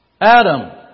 Adam